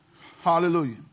Hallelujah